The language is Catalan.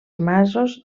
masos